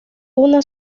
una